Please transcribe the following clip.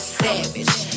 savage